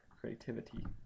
creativity